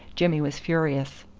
jimmy was furious.